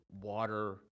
water